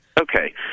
Okay